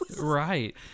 Right